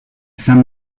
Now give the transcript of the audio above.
saint